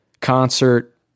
concert